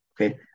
okay